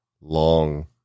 long